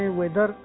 weather